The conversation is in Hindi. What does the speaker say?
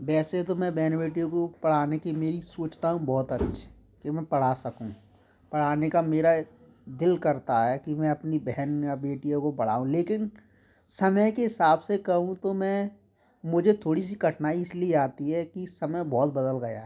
वैसे तो मैं बहन बेटियों को पढ़ाने की मेरी सोचता हूँ बहुत कि मैं पढ़ा सकूँ पढ़ाने का मेरा दिल करता है कि मैं अपनी बहन या बेटियों को पढ़ाऊँ लेकिन समय के हिसाब से कहूँ तो मैं मुझे थोड़ी सी कठिनाई इसलिए आती है कि समय बहुत बदल गया है